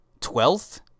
Twelfth